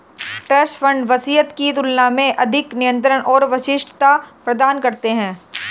trust fund वसीयत की तुलना में अधिक नियंत्रण और विशिष्टता प्रदान करते हैं